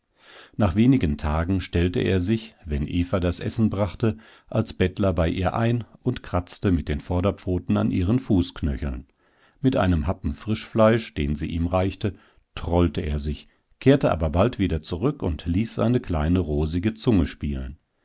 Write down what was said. nach wenigen tagen stellte er sich wenn eva das essen brachte als bettler bei ihr ein und kratzte mit den vorderpfoten an ihren fußknöcheln mit einem happen fischfleisch den sie ihm reichte trollte er sich kehrte aber bald wieder zurück und ließ seine kleine rosige zunge spielen